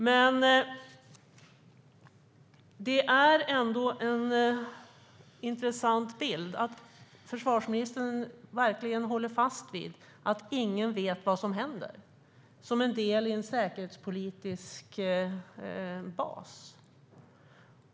Men det är ändå en intressant bild att försvarsministern verkligen håller fast vid att ingen vet vad som händer, som en del i en säkerhetspolitisk bas.